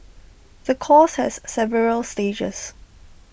the course has several stages